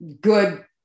good